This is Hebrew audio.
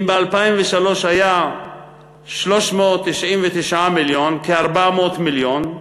אם ב-2003 היה 399 מיליון, כ-400 מיליון,